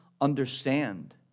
understand